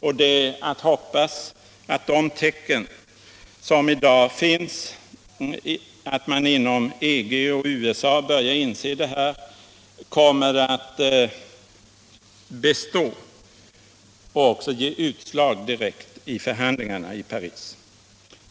Det är att hoppas att de tecken som i dag finns på att man inom EG och i USA börjar inse detta kommer att bestå och även ge utslag direkt i förhandlingarna i Paris.